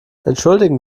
entschuldigen